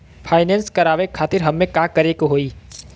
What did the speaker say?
Finance करावे खातिर हमें का करे के होई?